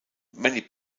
many